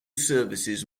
services